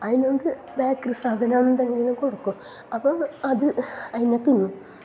അതിനോണ്ട് bakery സാധനം എന്തെങ്കിലും കൊടുക്കും അപ്പോം അത് അതിനെ തിന്നും